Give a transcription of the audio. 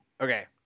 okay